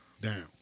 down